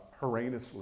horrendously